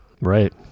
right